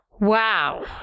Wow